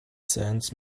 sands